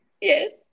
yes